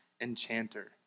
enchanter